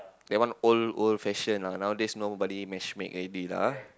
that one old old fashion lah nowadays nobody match make already lah